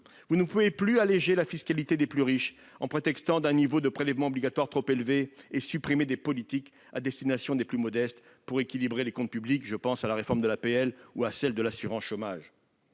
Vous ne pouvez plus alléger la fiscalité des plus riches en prétextant un niveau de prélèvements obligatoires trop élevé et supprimer des politiques à destination des plus modestes pour équilibrer les comptes publics- je pense à la réforme de l'aide personnalisée au logement ou à celle de l'assurance chômage.